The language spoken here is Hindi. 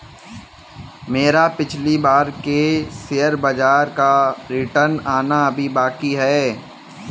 मेरा पिछली बार के शेयर बाजार का रिटर्न आना अभी भी बाकी है